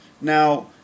Now